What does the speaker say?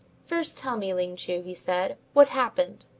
first tell me, ling chu, he said, what happened?